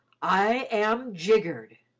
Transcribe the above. i am jiggered!